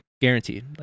Guaranteed